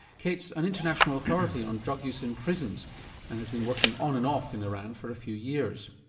kate's an international authority on drug use in prisons and has been working on and off in iran for a few years.